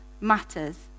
matters